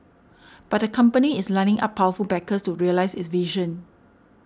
but the company is lining up powerful backers to realise its vision